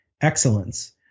excellence